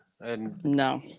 No